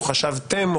או חשבתם,